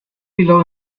below